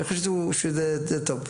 אני חושב שזה יותר טוב.